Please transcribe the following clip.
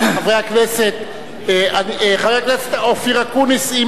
חבר הכנסת אופיר אקוניס,